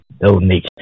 donation